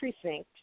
precinct